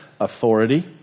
authority